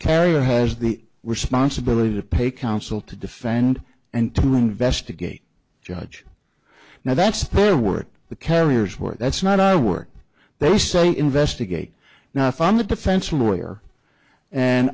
carrier has the responsibility to pay counsel to defend and to investigate judge now that's the work the carriers work that's not i work they say investigate now if i'm the defense lawyer and